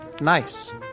nice